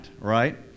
right